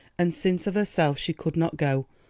and since of herself she could not go,